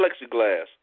plexiglass